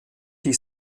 die